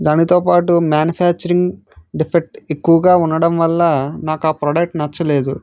దానితోపాటు manufacturing defect ఎక్కువగా ఉండటం వల్ల నాకు ఆ ప్రోడక్ట్ నచ్చలేదు